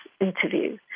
interview